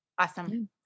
Awesome